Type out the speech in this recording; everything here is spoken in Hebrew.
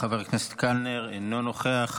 חבר הכנסת קלנר אינו נוכח.